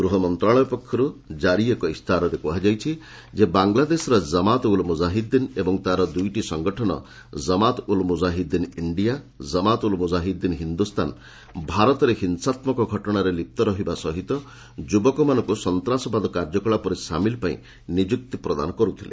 ଗୃହମନ୍ତ୍ରଶାଳୟ ପକ୍ଷରୁ କାରି ଏକ ଇସ୍ତାହାରରେ କୁହାଯାଇଛି ଯେ ବାଂଲାଦେଶର ଜମାତ୍ ଉଲ୍ ମୁଜାହିଦିନ୍ ଓ ତା'ର ଦୁଇଟି ସଂଗଠନ ଜମାତ ଉଲ୍ ମୁଜାହିଦିନ ଇଣ୍ଡିଆ ଓ କମାତ ଉଲ୍ ମୁଜାହିଦିନ୍ ହିନ୍ଦୁସ୍ତାନ ଭାରତରେ ହିଂସାତ୍ମକ ଘଟଣାରେ ଲିପ୍ତ ରହିବା ସହିତ ଯୁବକମାନଙ୍କୁ ସନ୍ତାସବାଦ କାର୍ଯ୍ୟକଳାପରେ ସାମିଲ ପାଇଁ ନିଯୁକ୍ତି ପ୍ରଦାନ କରୁଥିଲେ